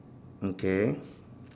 mm K